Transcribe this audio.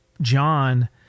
John